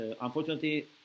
unfortunately